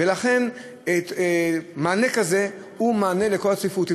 ולכן מענה כזה הוא מענה לכל הצפיפות.